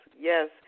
Yes